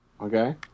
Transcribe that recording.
Okay